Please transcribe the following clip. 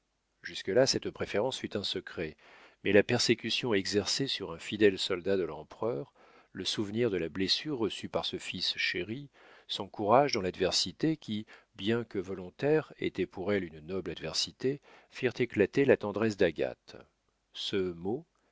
jusque-là cette préférence fut un secret mais la persécution exercée sur un fidèle soldat de l'empereur le souvenir de la blessure reçue par ce fils chéri son courage dans l'adversité qui bien que volontaire était pour elle une noble adversité firent éclater la tendresse d'agathe ce mot